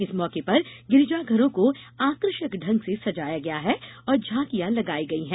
इस मौके पर गिरजाघरों को आकर्षक ढंग से सजाया गया है और झांकियां लगाई गई है